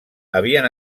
havien